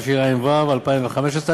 התשע"ו 2015,